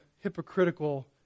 hypocritical